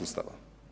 Ustava.